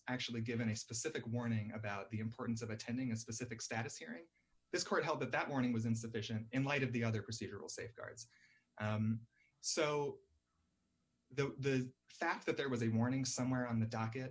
actually given a specific warning about the importance of attending a specific status hearing this court held that that warning was insufficient in light of the other procedural safeguards so the fact that there was a warning somewhere on the docket